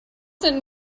didn’t